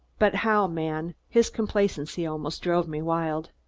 but how, man? his complacency almost drove me wild.